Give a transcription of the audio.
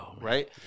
right